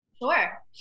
sure